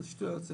זה שטויות,